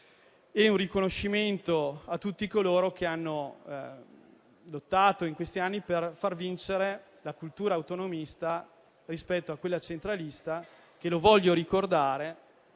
e un riconoscimento per tutti coloro che hanno lottato in questi anni per far vincere la cultura autonomista rispetto a quella centralista che, lo voglio ricordare,